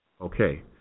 Okay